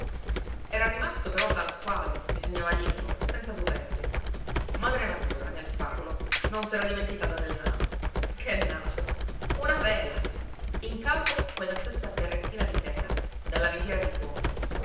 era rimasto però tal quale bisognava dirlo senza superbia madre natura nel farlo non s'era dimenticata del naso che naso una vela in capo quella stessa berrettina di tela dalla visiera di cuojo